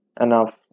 enough